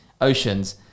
oceans